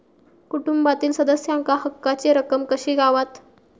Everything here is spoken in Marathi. कुटुंबातील सदस्यांका हक्काची रक्कम कशी गावात?